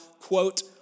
quote